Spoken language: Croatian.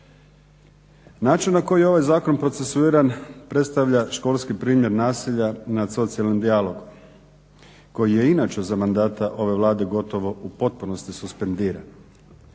Način na koji je ovaj Zakon procesuiran predstavlja školski primjer nasilja nad socijalnim dijalogom koji je i inače za mandata ove Vlade gotovo u potpunosti suspendiran.